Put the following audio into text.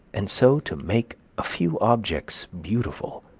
and so to make a few objects beautiful